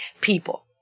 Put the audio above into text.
people